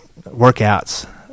workouts